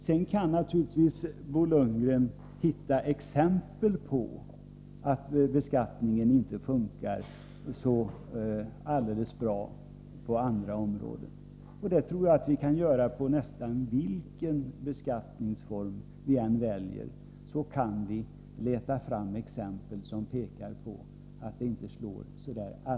Sedan kan naturligtvis Bo Lundgren hitta exempel på att beskattningssystemet inte fungerar helt bra på andra områden. Jag tror att vilken beskattningsform vi än väljer så går det att leta fram exempel som pekar på att den inte slår helt bra.